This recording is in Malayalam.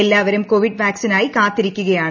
എല്ലാവരും കോവിഡ് വാക്സിനായി കാത്തിരിക്കുകയാണ്